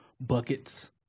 buckets